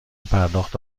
پرداخت